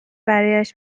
برایش